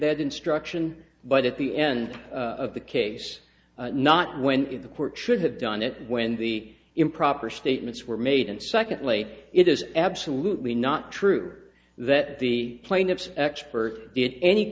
that instruction but at the end of the case not when the court should have done it when the improper statements were made and secondly it is absolutely not true that the plaintiffs experts it any